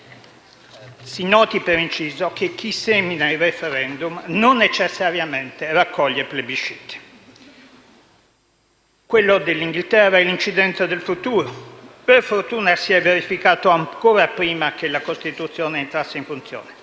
Si noti per inciso che chi semina *referendum*, non necessariamente raccoglie plebisciti. Quello del Regno Unito è l'incidente del futuro: per fortuna, si è verificato ancora prima che la Costituzione entrasse in funzione.